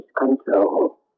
control